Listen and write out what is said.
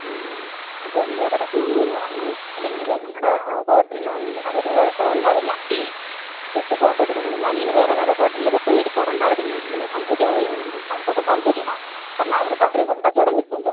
ആണോ അതും വേറെ പ്രശ്നം ഒന്നുമില്ല അല്ലെങ്കിൽ നിങ്ങളുടെ ഹോട്ടലിനൊന്നും യാതൊരു കുഴപ്പം ഉണ്ടാവില്ല ജസ്റ്റ് ഫോട്ടോ എടുക്കുന്നുള്ളൂ ഞാൻ ഇങ്ങനെ വേറെ വേറെ ഹോട്ടലിലൊക്ക പോയി എടുക്കാറുണ്ട് അവരൊന്നും ഇങ്ങനെ സമ്മതിക്കാതെയൊന്നും ഇല്ല അവർകൊക്കെ തലപ്പര്യമാണ് കാരണം അവർക്ക് അത്രയും കൂടി കച്ചവടം കിട്ടുമല്ലോ